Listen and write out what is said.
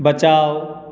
बचाउ